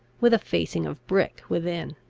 with a facing of brick within.